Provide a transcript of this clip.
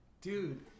Dude